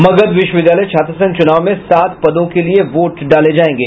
मगध विश्वविद्यालय छात्र संघ चुनाव में सात पदों के लिए वोट डाले जायेंगे